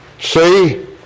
See